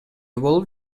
болуп